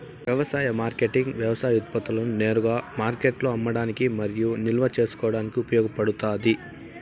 వ్యవసాయ మార్కెటింగ్ వ్యవసాయ ఉత్పత్తులను నేరుగా మార్కెట్లో అమ్మడానికి మరియు నిల్వ చేసుకోవడానికి ఉపయోగపడుతాది